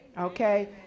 Okay